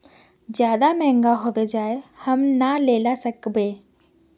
ज्यादा महंगा होबे जाए हम ना लेला सकेबे?